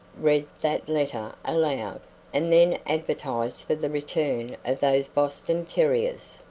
read that letter aloud and then advertise for the return of those boston terriers!